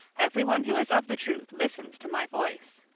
everyone who is of the truth listens to my voice.